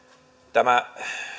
tämä